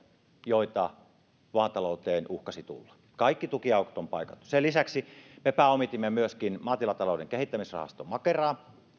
joita maatalouteen uhkasi tulla kaikki tukiaukot on paikattu sen lisäksi me pääomitimme myöskin maatilatalouden kehittämisrahasto makeraa